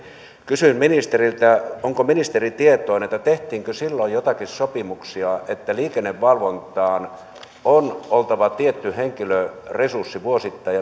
kysyn ministeriltä onko ministeri tietoinen siitä tehtiinkö silloin joitakin sopimuksia että liikennevalvontaan on oltava tietty henkilöresurssi vuosittain